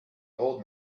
old